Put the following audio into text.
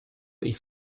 ich